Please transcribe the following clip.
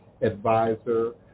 advisor